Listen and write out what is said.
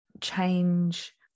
change